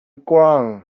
ground